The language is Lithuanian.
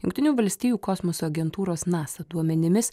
jungtinių valstijų kosmoso agentūros nasa duomenimis